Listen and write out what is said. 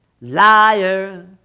Liar